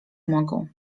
mogą